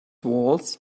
walls